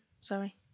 Sorry